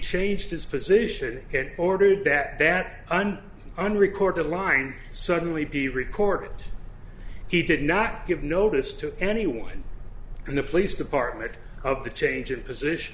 changed his position had ordered that that and unrecorded line suddenly be recorded he did not give notice to anyone in the police department of the change of position